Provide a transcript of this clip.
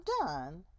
done